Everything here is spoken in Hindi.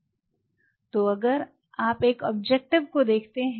तो अगर आप एक ऑब्जेक्टिव को देखते हैं